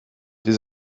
sie